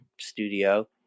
studio